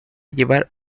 llevar